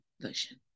version